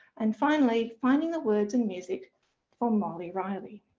and finally, finding the words and music for molly riley.